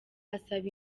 asaba